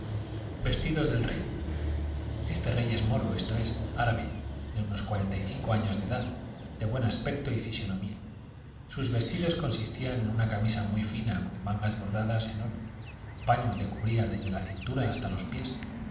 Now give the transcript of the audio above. vestidos del rey este rey es moro esto es árabe de unos cuarenta y cinco años de edad de buen aspecto y fisonomía sus vestidos consistían en una camisa muy fina con mangas bordadas en oro un paño le cubría desde la cintura hasta los pies